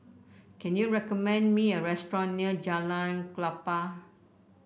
can you recommend me a restaurant near Jalan Klapa